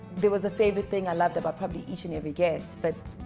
there was a favorite thing i loved about probably each and every guest but